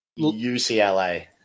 UCLA